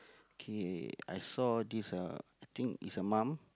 K I saw this uh I think is a mum